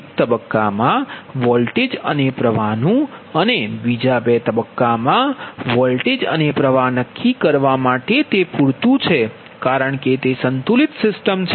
એક તબક્કામાં વોલ્ટેજ અને પ્ર્વાહનું અને બીજા 2 તબક્કામાં વોલ્ટેજ અને પ્ર્વાહ નક્કી કરવા માટે તે પૂરતું છે કારણ કે તે સંતુલિત સિસ્ટમ છે